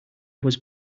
was